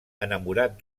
enamorat